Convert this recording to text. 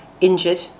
injured